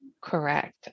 Correct